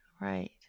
right